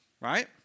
right